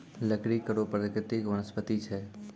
लकड़ी कड़ो प्रकृति के वनस्पति छै